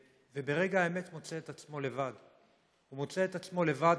וברגע האמת הוא מוצא את עצמו לבד.